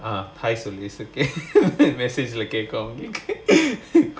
ah hi suresh